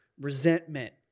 resentment